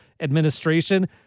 administration